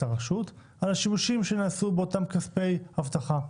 הרשות על השימושים שנעשו באותם כספי אבטחה.